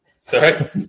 Sorry